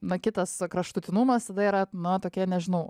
na kitas kraštutinumas tada yra na tokie nežinau